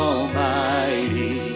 Almighty